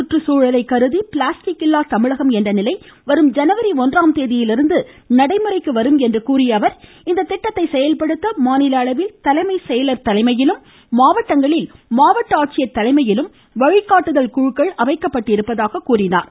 சுற்றுச்சூழலை கருதி பிளாஸ்டிக் இல்லா தமிழகம் என்ற நிலை வரும் ஜனவரி ஒன்றாம் தேதியிலிருந்து நடைமுறைக்கு வரும் என்று தெரிவித்த அவர் இந்த திட்டத்தை செயல்படுத்த மாநில அளவில் தலைமை செயலர் தலைமையிலும் மாவட்டங்களில் மாவட்ட ஆட்சியர் தலைமையிலும் வழிகாட்டுதல் குழுக்கள் அமைக்கப்பட்டுள்ளதாக கூறினார்